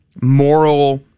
moral